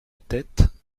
tête